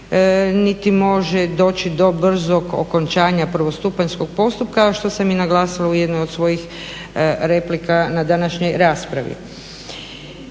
niti može doći do brzog okončanja prvostupanjskog postupka što sam i naglasila u jednoj od svojih replika na današnjoj raspravi.